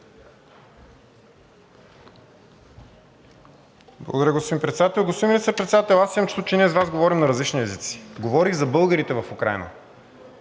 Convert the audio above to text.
Благодаря, господин Председател. Господин Министър-председател, аз имам чувството, че ние с Вас говорим на различни езици. Говорих за българите в Украйна,